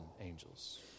angels